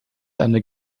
eine